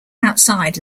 outside